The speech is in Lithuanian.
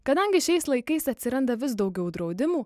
kadangi šiais laikais atsiranda vis daugiau draudimų